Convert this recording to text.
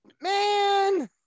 man